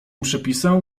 przepisem